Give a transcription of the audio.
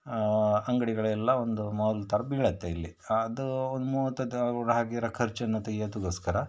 ಅಂಗಡಿಗಳೆಲ್ಲ ಒಂದು ಮಾಲ್ ಥರ ಬೀಳುತ್ತೆ ಇಲ್ಲಿ ಅದೂ ಒಂದು ಮೂವತ್ತು ದ್ ಆಗಿರೋ ಖರ್ಚನ್ನು ತೆಗೆಯದುಕ್ಕೋಸ್ಕರ